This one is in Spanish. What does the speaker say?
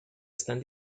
están